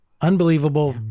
unbelievable